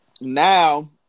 Now